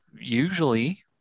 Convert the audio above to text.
usually